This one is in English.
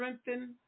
strengthen